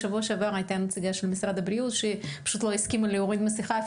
בשבוע שעבר הייתה נציגה של משרד הבריאות שפשוט לא הסכימה להוריד מסיכה,